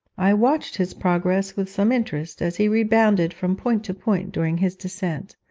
i watched his progress with some interest as he rebounded from point to point during his descent.